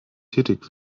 tätig